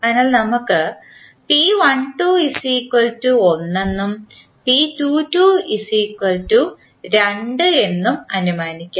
അതിനാൽ നമുക്ക് 2 എന്ന് അനുമാനിക്കാം